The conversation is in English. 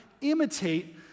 imitate